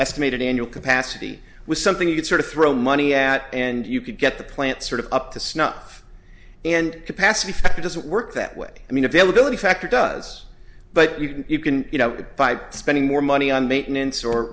estimated annual capacity was something you could sort of throw money at and you could get the plant sort of up to snuff and capacity factor doesn't work that way i mean availability factor does but you can you know by spending more money on maintenance or